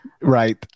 Right